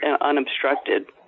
unobstructed